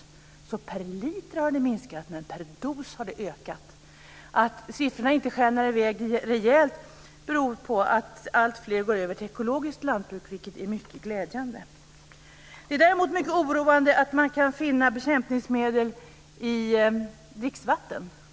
Per liter har det minskat, men per dos har det ökat. Att siffrorna inte skenar iväg rejält beror på att alltfler går över till ekologiskt lantbruk, vilket är mycket glädjande. Det är däremot mycket oroande att man kan finna bekämpningsmedel i dricksvatten.